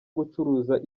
gucuruza